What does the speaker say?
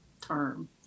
term